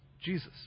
Jesus